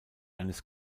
eines